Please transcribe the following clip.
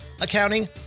accounting